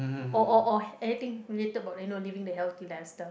or or or anything related about you know living the healthy lifestyle